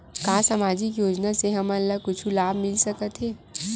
का सामाजिक योजना से हमन ला कुछु लाभ मिल सकत हे?